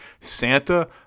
santa